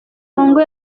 congo